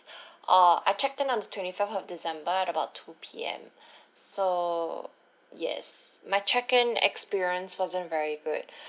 oh I check in on the twenty-fifth of december at about two P_M so yes my check-in experience wasn't very good